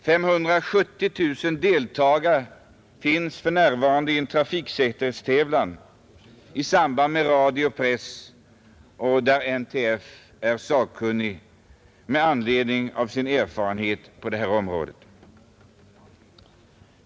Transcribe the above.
570 000 personer deltar för närvarande i en trafiksäkerhetstävling som anordnats i samarbete mellan radio och press och där NTF är sakkunnig med anledning av sin erfarenhet på detta område.